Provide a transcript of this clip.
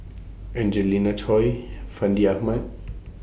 Angelina Choy Fandi Ahmad